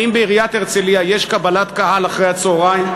האם בעיריית הרצלייה יש קבלת קהל אחר-הצהריים?